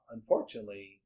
Unfortunately